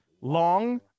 long